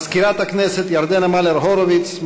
מזכירת הכנסת ירדנה מלר-הורוביץ,